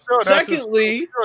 secondly